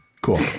cool